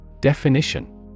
Definition